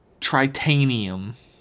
Tritanium